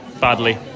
badly